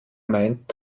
meint